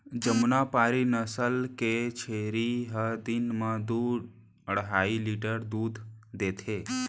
जमुनापारी नसल के छेरी ह दिन म दू अढ़ाई लीटर दूद देथे